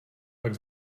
pak